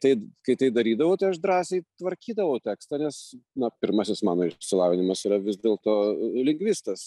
tai kai tai darydavau tai aš drąsiai tvarkydavau tekstą nes na pirmasis mano išsilavinimas yra vis dėlto lingvistas